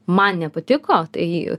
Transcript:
man nepatiko tai